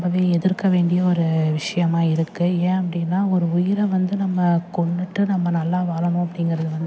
ரொம்பவே எதிர்க்க வேண்டிய ஒரு விஷயமா இருக்குது ஏன் அப்படின்னா ஒரு உயிரை வந்து நம்ம கொன்னுட்டு நம்ம நல்லா வாழணும் அப்டிங்கிறது வந்து